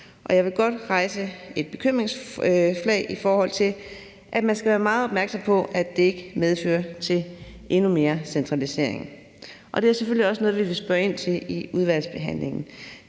Jeg vil godt hejse et bekymringsflag, i forhold til at man skal være meget opmærksom på, at det ikke fører til endnu mere centralisering, og det er selvfølgelig også noget, vi vil spørge ind til i udvalgsbehandlingen.